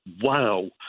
wow